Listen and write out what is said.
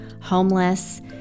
homeless